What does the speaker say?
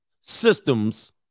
systems